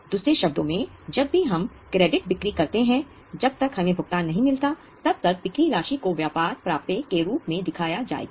दूसरे शब्दों में जब भी हम क्रेडिट बिक्री करते हैं जब तक हमें भुगतान नहीं मिलता है तब तक बिक्री राशि को व्यापार प्राप्य के रूप में दिखाया जाएगा